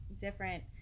different